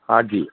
हांजी